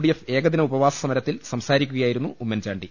DF ഏകദിന ഉപവാസസമരത്തിൽ സംസാ രിക്കുകയായിരുന്നു ഉമ്മൻചാണ്ടി